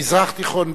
מזרח תיכון,